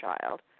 child